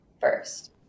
first